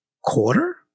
quarter